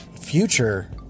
future